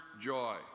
joy